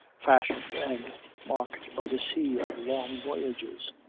fashioned and marked by the sea of long voyages.